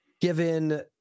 given